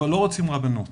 אבל לא רוצים רבנות